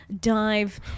dive